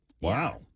Wow